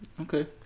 Okay